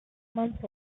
month